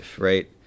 right